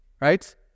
right